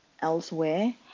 elsewhere